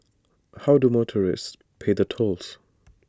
how do motorists pay the tolls